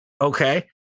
Okay